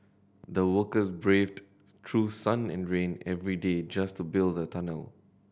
the workers braved through sun and rain every day just to build the tunnel